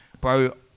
bro